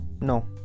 no